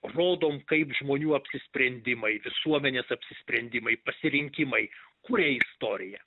rodom kaip žmonių apsisprendimai visuomenės apsisprendimai pasirinkimai kuria istoriją